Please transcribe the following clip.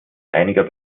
einiger